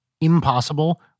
impossible